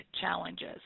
challenges